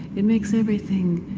it makes everything